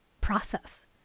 process